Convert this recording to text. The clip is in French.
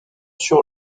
sur